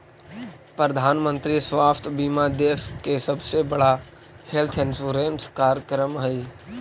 प्रधानमंत्री स्वास्थ्य बीमा देश के सबसे बड़ा हेल्थ इंश्योरेंस कार्यक्रम हई